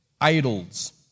idols